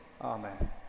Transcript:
Amen